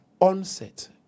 onset